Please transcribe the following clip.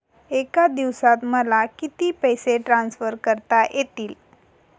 एका दिवसात मला किती पैसे ट्रान्सफर करता येतील?